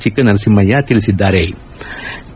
ಚಿಕ್ಕನರಸಿಂಹಯ್ನ ತಿಳಿಸಿದ್ಗಾರೆ